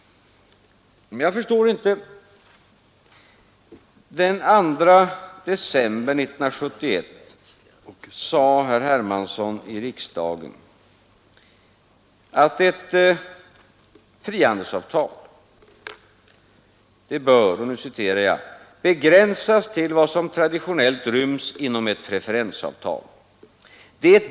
Det förstår jag inte. Den 2 december 1971 sade herr Hermansson i riksdagen att ett frihandelsavtal bör ”begrä Det bör gälla tullättnader och lindring av andra handelshinder.